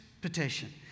petition